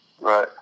Right